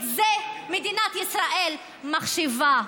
את זה מדינת ישראל מחשיבה.